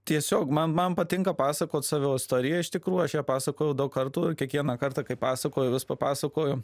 tiesiog man man patinka pasakot savo istoriją iš tikrųjų aš ją pasakojau daug kartų kiekvieną kartą kai pasakoju vis papasakoju